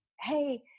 hey